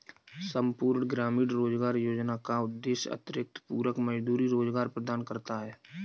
संपूर्ण ग्रामीण रोजगार योजना का उद्देश्य अतिरिक्त पूरक मजदूरी रोजगार प्रदान करना है